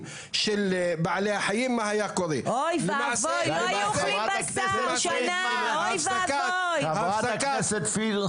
לא מסוגל לאכוף את הנוהל